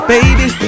Baby